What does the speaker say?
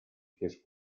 his